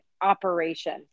operation